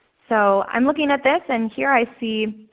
so i'm looking at this and here i see